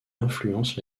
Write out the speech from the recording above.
influence